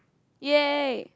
yay